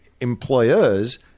employers